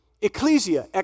ecclesia